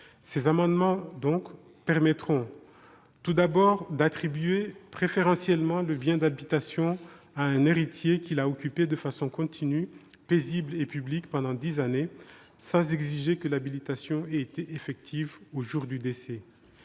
ces amendements permettront donc d'attribuer préférentiellement le bien d'habitation à un héritier qui l'a occupé de façon continue, paisible et publique pendant dix années, sans exiger que l'habitation ait été effective au jour du décès.